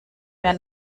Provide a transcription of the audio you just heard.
mehr